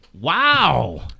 Wow